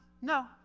No